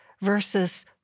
versus